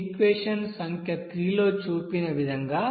equation సంఖ్య 3 లో చూపిన విధంగా